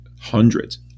hundreds